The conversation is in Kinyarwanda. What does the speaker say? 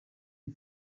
iyi